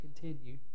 continue